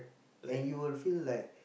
and you will feel like